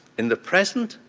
in the present,